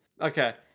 Okay